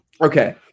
Okay